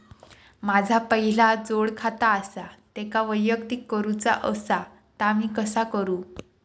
माझा पहिला जोडखाता आसा त्याका वैयक्तिक करूचा असा ता मी कसा करू?